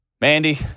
Mandy